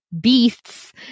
beasts